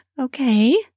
Okay